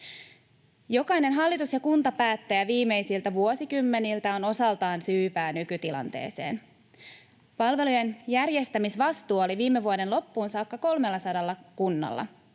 Jokainen hallitus ja kuntapäättäjä viimeisiltä vuosikymmeniltä on osaltaan syypää nykytilanteeseen. Palvelujen järjestämisvastuu oli viime vuoden loppuun saakka 300 kunnalla,